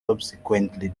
subsequently